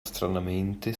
stranamente